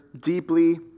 deeply